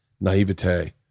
naivete